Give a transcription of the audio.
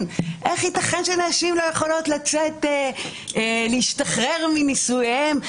שנשים לא יכולות להשתחרר מנישואיהן,